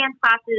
classes